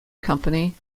company